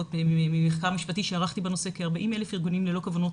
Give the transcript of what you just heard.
ממחקר משפטי שערכתי בנושא ראיתי שכ-40,000 ארגונים ללא כוונות